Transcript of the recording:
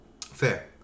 fair